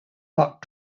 but